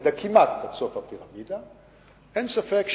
כמעט עד ראש הפירמידה, אין ספק שהתוצאות,